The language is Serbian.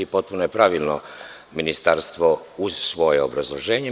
Potpuno je pravilno Ministarstvo, uz svoje objašnjenje.